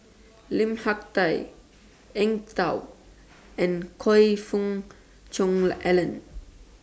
Lim Hak Tai Eng Tow and Choe Fook Cheong Alan